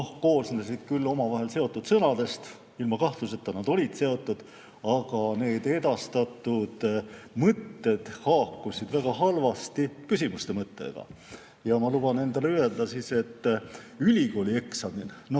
koosnesid küll omavahel seotud sõnadest – ilma kahtluseta nad olid seotud –, aga need edastatud mõtted haakusid väga halvasti küsimuste mõttega. Ja ma luban endale öelda, et ülikoolieksamil,